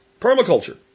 permaculture